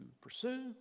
pursue